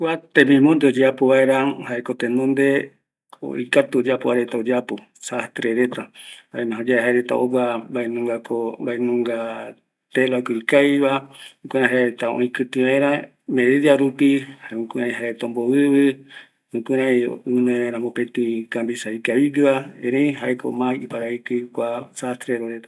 Kua tembimonde oyeapo vaera, jaeko oyapo oikatu oyapova reta, sastre reta, jaereta ogua mbaenunga telako ikaviva, jukuraï jaereta oikɨtï vaera medidarupi, jukurai jaereta ombovɨvɨ, jukurai oime vaera mopetɨ camisa ikavigueva, jaeko mas iparavɨvɨ sastre reta